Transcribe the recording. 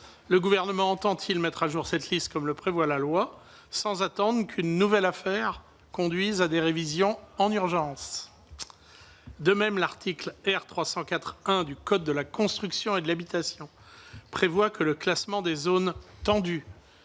Le Gouvernement entend-il mettre à jour cette liste, comme le prévoit la loi, sans attendre qu'une nouvelle affaire conduise à des révisions en urgence ? Ensuite, l'article R. 304-1 du code de la construction et de l'habitation prévoit que le classement des zones tendues,